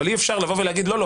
אבל אי אפשר לבוא ולהגיד לא.